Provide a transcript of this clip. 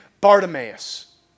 Bartimaeus